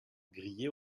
grillée